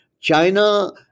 China